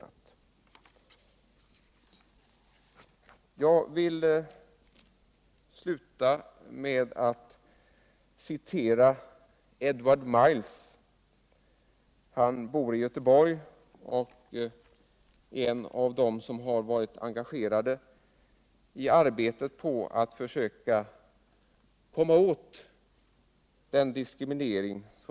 Jag vill sluta med att citera Edward Myles. Han bor i Göteborg och är engagerad i kampen mot rasdiskrimineringen.